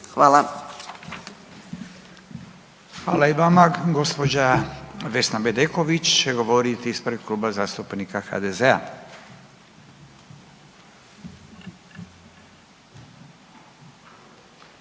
Hvala i vama. Gospođa Vesna Bedeković će govoriti ispred Kluba zastupnika HDZ-a.